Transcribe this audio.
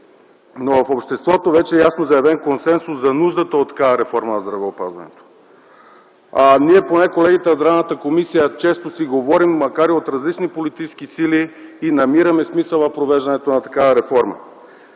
но в обществото вече ясно заявен консенсус за нуждата от такава реформа в здравеопазването. Ние, колегите от Комисията по здравеопазването често си говорим, макар и от различни политически сили, и намираме смисъл в провеждането на такава реформа.